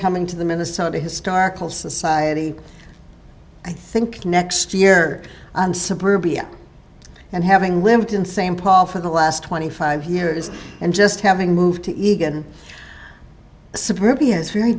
coming to the minnesota historical society i think next year and suburbia and having lived in the same paul for the last twenty five years and just having moved to egan suburbia is very